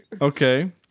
Okay